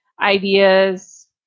ideas